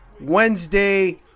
Wednesday